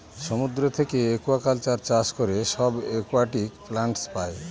সমুদ্র থাকে একুয়াকালচার চাষ করে সব একুয়াটিক প্লান্টস পাই